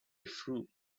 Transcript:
through